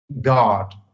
God